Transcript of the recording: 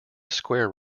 square